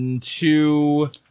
two